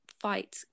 fight